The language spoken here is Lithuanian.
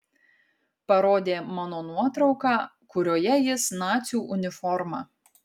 parodė mano nuotrauką kurioje jis nacių uniforma